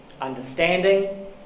Understanding